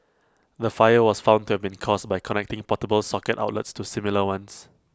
the fire was found to have been caused by connecting portable socket outlets to similar ones